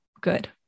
good